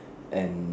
and